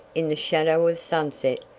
in the shadow of sunset,